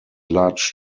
large